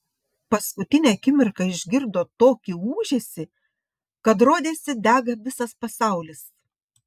paskutinę akimirką išgirdo tokį ūžesį kad rodėsi dega visas pasaulis